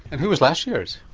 and who was last year's?